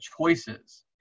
choices